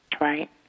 Right